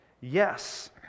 yes